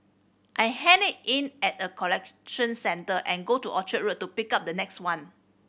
I hand it in at a collection centre and go to Orchard Road to pick up the next one